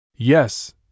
Yes